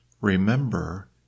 Remember